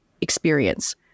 experience